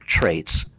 traits